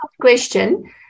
question